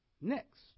next